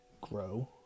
grow